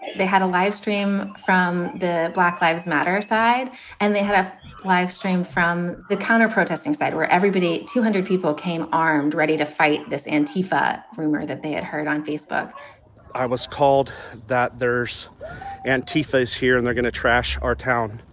they had a livestream from the black lives matter side and they had a livestream from the counterprotests inside where everybody. two hundred people came armed, ready to fight this anti fat rumor that they had heard on facebook i was called that there's a. face here and they're going to trash our town.